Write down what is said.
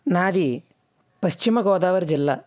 నాది పశ్చిమగోదావరి జిల్లా